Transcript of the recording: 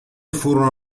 furono